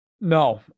No